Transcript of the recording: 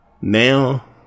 Now